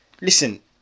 Listen